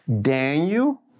Daniel